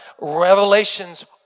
Revelations